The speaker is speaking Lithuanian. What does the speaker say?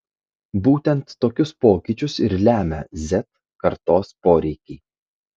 būtent tokius pokyčius ir lemia z kartos poreikiai